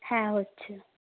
হ্যাঁ হচ্ছে